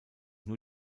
nur